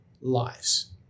lives